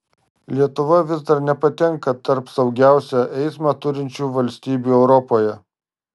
lietuva vis dar nepatenka tarp saugiausią eismą turinčių valstybių europoje